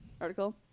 article